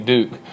Duke